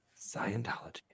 Scientology